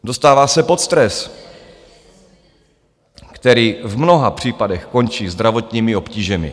Dostává se pod stres, který v mnoha případech končí zdravotními obtížemi.